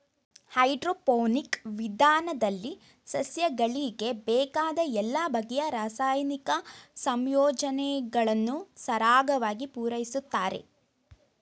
hydroponic ವಿಧಾನದಲ್ಲಿ ಸಸ್ಯಗಳಿಗೆ ಬೇಕಾದ ಎಲ್ಲ ಬಗೆಯ ರಾಸಾಯನಿಕ ಸಂಯೋಜನೆಗಳನ್ನು ಸರಾಗವಾಗಿ ಪೂರೈಸುತ್ತಾರೆ